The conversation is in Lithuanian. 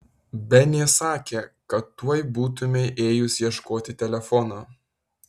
benė sakė kad tuoj būtumei ėjus ieškoti telefono